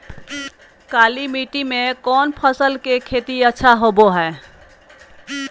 काली मिट्टी में कौन फसल के खेती अच्छा होबो है?